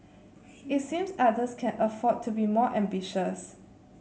it seems others can afford to be more ambitious